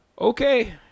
Okay